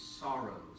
sorrows